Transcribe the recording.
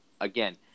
again